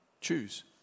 choose